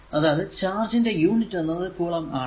അതായതു ചാർജിന്റെ യൂണിറ്റ് എന്നത് കുളം ആണ്